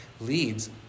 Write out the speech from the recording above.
leads